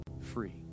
free